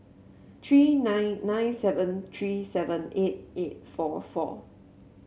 three nine nine seven three seven eight eight four four